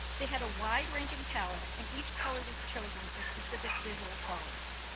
they had a wide ranging palette, and each color was chosen for specific visual qualities.